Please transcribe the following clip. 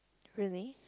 really